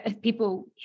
people